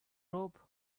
rope